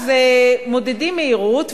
אז מודדים מהירות,